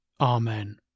Amen